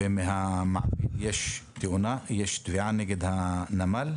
ולמעביד יש תביעה נגד הנמל?